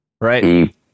right